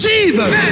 Jesus